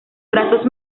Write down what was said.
brazos